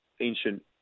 ancient